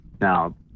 now